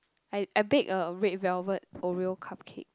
I I baked a red velvet oreo cupcake